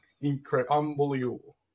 incredible